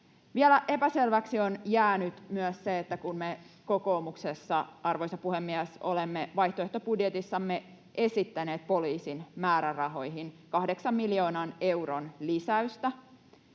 Vielä epäselväksi on jäänyt myös se, että kun me kokoomuksessa, arvoisa puhemies, olemme vaihtoehtobudjetissamme esittäneet poliisin määrärahoihin kahdeksan miljoonan euron lisäystä